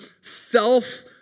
self